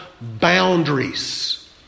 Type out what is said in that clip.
Boundaries